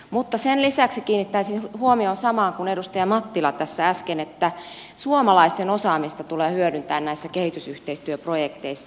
mutta sen lisäksi kiinnittäisin huomion samaan kuin edustaja mattila tässä äsken että suomalaisten osaamista tulee hyödyntää näissä kehitysyhteistyöprojekteissa